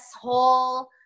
whole